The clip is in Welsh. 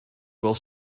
fel